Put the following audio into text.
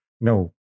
No